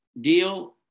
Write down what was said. deal